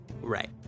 Right